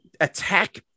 attack